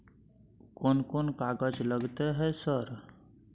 कोन कौन कागज लगतै है सर?